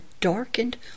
darkened